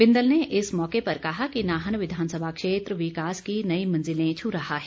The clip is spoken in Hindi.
बिंदल ने इस मौके पर कहा कि नाहन विधानसभा क्षेत्र विकास की नई मंजिलें छू रहा है